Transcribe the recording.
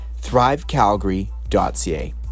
thrivecalgary.ca